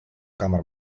kamar